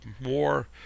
more